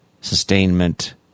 Sustainment